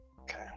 Okay